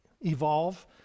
evolve